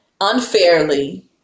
unfairly